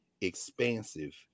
expansive